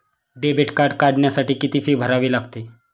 Debit card काढण्यासाठी किती fee भरावी लागते?